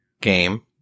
game